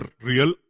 real